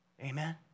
Amen